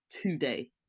today